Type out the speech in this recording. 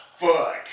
fuck